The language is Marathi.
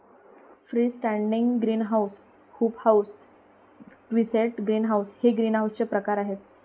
free standing greenhouse, hoop house, quonset greenhouse हे ग्रीनहाऊसचे प्रकार आहे